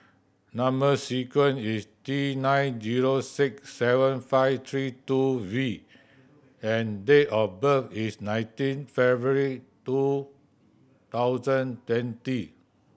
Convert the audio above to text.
number sequence is T nine zero six seven five three two V and date of birth is nineteen February two thousand twenty